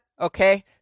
Okay